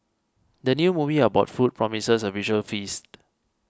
the new movie about food promises a visual feast